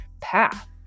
path